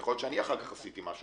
יכול להיות שאני אחר כך עשיתי משהו,